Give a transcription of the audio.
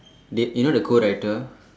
d~ you know the co-writer